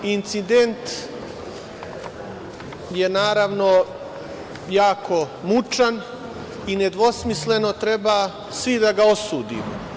Incident je jako mučan i nedvosmisleno treba svi da ga osudimo.